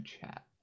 chat